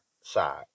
side